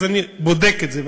אז אני בודק את זה,